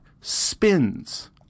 spins